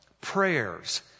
prayers